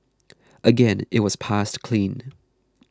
again it was passed clean